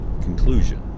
conclusion